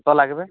কতো লাগবে